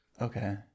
Okay